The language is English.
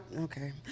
Okay